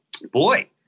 Boy